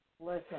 Listen